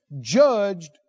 judged